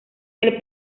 del